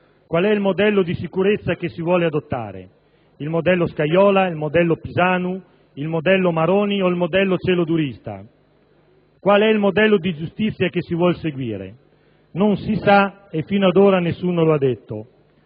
Qual è il modello di sicurezza che si vuole adottare? Il modello Scajola, il modello Pisanu, il modello Maroni o il modello "celodurista"? Qual è il modello di giustizia che si vuole seguire? Non si sa e fino ad ora nessuno lo ha detto.